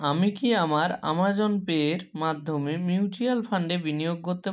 আমি কি আমার আমাজন পে এর মাধ্যমে মিউচুয়াল ফান্ডে বিনিয়োগ করতে